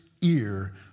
ear